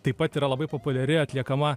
taip pat yra labai populiari atliekama